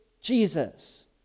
Jesus